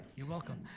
you're welcome.